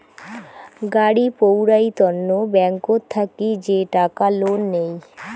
গাড়ি পৌরাই তন্ন ব্যাংকত থাকি যে টাকা লোন নেই